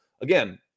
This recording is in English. again